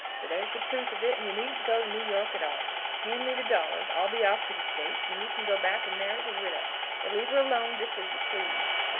so there's the truth of it, and you needn't go to new york at all. hand me the dollars. i'll be off to the states and you can go back and marry the widow or leave her alone, just as you please.